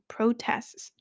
Protests